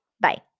Bye